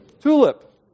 TULIP